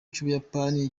cy’ubuyapani